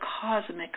cosmic